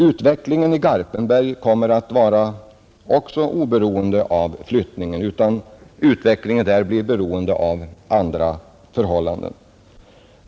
Utvecklingen i Garpenberg kommer också att vara oberoende av flyttningen; där blir utvecklingen beroende av andra förhållanden.